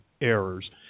errors